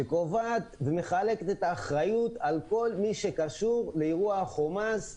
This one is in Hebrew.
שקובעת ומחלקת את האחריות על כל מי שקשור לאירוע החומ"ס,